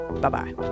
bye-bye